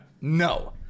No